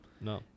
No